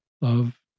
love